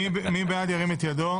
מי בעד, ירים את ידו.